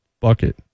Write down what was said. Bucket